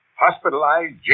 Hospitalized